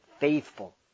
faithful